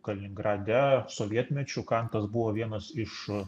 kaliningrade sovietmečiu kantas buvo vienas iš